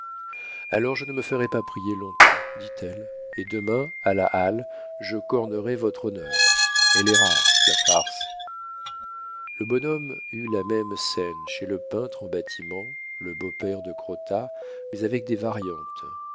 alors je ne me ferai pas prier long-temps dit-elle et demain à la halle je cornerai votre honneur elle est rare la farce le bonhomme eut la même scène chez le peintre en bâtiments le beau-père de crottat mais avec des variantes